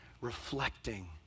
reflecting